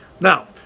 Now